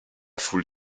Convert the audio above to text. foule